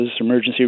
emergency